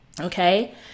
Okay